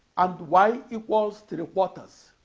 and y equals three-quarters